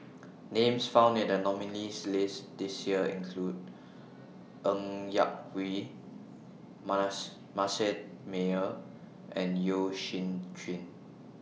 Names found in The nominees' list This Year include Ng Yak Whee Mass Manasseh Meyer and Yeo Shih Yun